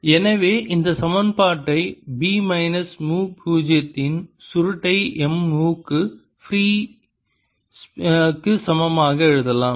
B0jfree0M எனவே இந்த சமன்பாட்டை B மைனஸ் மு பூஜ்ஜியத்தின் சுருட்டை M மு பூஜ்ஜிய j ஃப்ரீ க்கு சமமாக எழுதலாம்